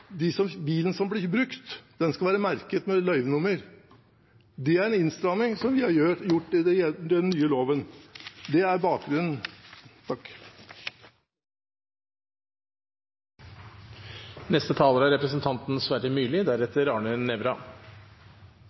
bilen som blir brukt, være merket med løyvenummer. Det er en innstramming som vi har gjort i den nye loven. Det er bakgrunnen.